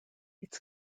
its